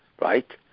right